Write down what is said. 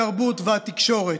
התרבות והתקשורת.